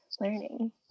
learning